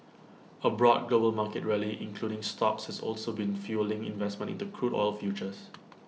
A broad global market rally including stocks has also been fuelling investment into crude oil futures